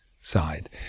side